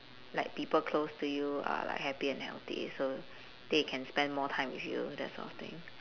like people close to you are like happy and healthy so they can spend more time with you that sort of thing